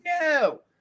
no